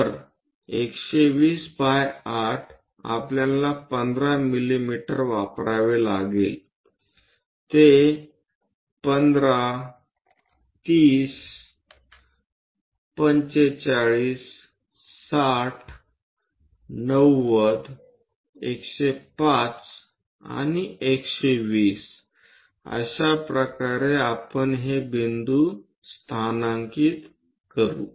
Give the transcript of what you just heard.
तर 120 बाय 8 आपल्याला 15 मिमी वापरावे लागेल ते 15 30 45 60 90 105 आणि 120 अशा प्रकारे आपण हे बिंदू स्थानांकित करू